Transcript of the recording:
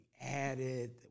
added